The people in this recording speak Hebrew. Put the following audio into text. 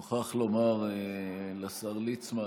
אני מוכרח לומר לשר ליצמן